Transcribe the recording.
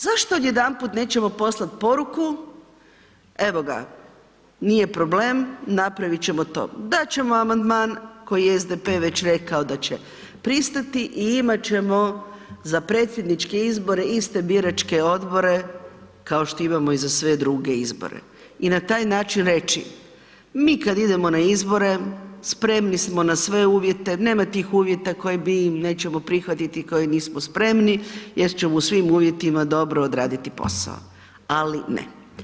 Zašto odjedanput nećemo poslat poruku, evo ga, nije problem, napravit ćemo to, dat ćemo amandman koji je SDP već rekao da će pristati i imat ćemo za predsjedničke izbore iste biračke odbore kao što imamo i za sve druge izbore i na taj način reći, mi kad idemo na izbore, spremni smo na sve uvjete, nema tih uvjeta koji mi nećemo prihvatiti, koje nismo spremni jer ćemo u svim uvjetima dobro odraditi posao ali ne.